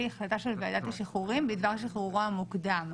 החלטה של ועדת השחרורים בדבר שחרורו המוקדם.